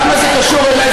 למה זה קשור אלי?